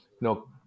no